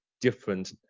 different